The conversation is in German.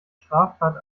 straftat